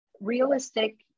realistic